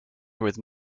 with